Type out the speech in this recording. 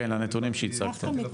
כן, לנתונים שהצגתם.